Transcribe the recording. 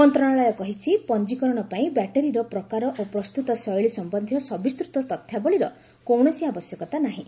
ମନ୍ତ୍ରଣାଳୟ କହିଛି ପଞ୍ଜିକରଣ ପାଇଁ ବ୍ୟାଟେରିର ପ୍ରକାର ଓ ପ୍ରସ୍ତୁତ ଶୈଳୀ ସମ୍ପନ୍ଧୀୟ ସବିସ୍ତୃତ ତଥ୍ୟାବଳୀର କୌଣସି ଆବଶ୍ୟକତା ନାହିଁ